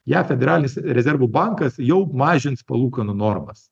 jav federalinis rezervų bankas jau mažins palūkanų normas